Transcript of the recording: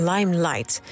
Limelight